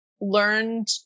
learned